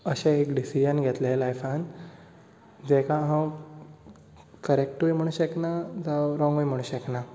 अशें एक डिसीजन घेतलें लायफांत जेका हांव करेक्टूय म्हणूंक शकना जावं रोंगय म्हणूंक शकना